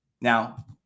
Now